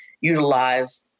utilize